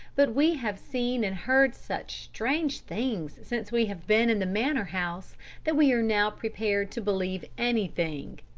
but we have seen and heard such strange things since we have been in the manor house that we are now prepared to believe anything.